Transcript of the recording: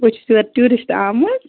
بہٕ چھُس یور ٹوٗرشٹ آمٕژ